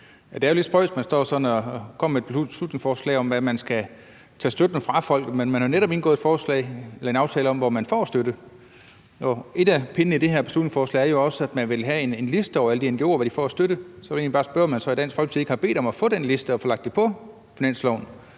Det er jo lidt spøjst, at man kommer med et beslutningsforslag om, hvem man skal tage støtten fra, når man netop har indgået en aftale om, hvem der får støtte. En af pindene i det her beslutningsforslag går jo også på, at man vil have en liste over, hvad de forskellige ngo'er får af støtte. Så vil jeg egentlig bare spørge, om man i Dansk Folkeparti så ikke har bedt om at få den liste og få den lagt ved finansloven.